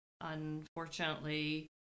unfortunately